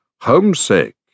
homesick